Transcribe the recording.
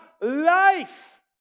life